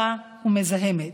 צפופה ומזהמת.